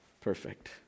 perfect